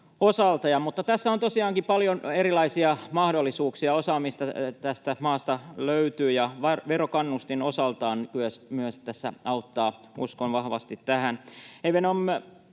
Tässä on tosiaankin paljon erilaisia mahdollisuuksia. Osaamista tästä maasta löytyy, ja verokannustin osaltaan tässä myös auttaa, uskon vahvasti tähän.